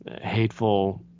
hateful